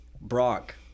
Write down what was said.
brock